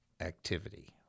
activity